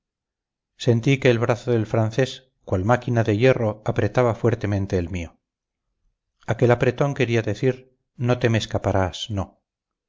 sentí que el brazo del francés cual máquina de hierro apretaba fuertemente el mío aquel apretón quería decir no te me escaparás no